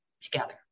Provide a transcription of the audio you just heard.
together